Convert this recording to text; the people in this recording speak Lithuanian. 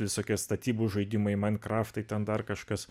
visokie statybų žaidimai mainkraftai ten dar kažkas